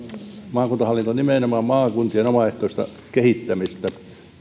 maakuntahallinto on nimenomaan maakuntien omaehtoista kehittämistä